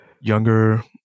younger